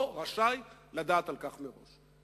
לא רשאי לדעת על כך מראש.